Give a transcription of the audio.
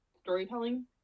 storytelling